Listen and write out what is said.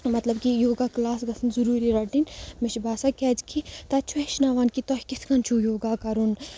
مطلب کہِ yoga class گژھَن ضروٗری رَٹٕنۍ مےٚ چھِ باسان کیٛازِکہِ تَتہِ چھُ ہیٚچھناوان کہِ تۄہہِ کِتھ کٔنۍ چھُ یوگا کَرُن